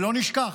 ולא נשכח,